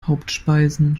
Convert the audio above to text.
hauptspeisen